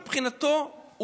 מבחינתו,